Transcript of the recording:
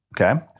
okay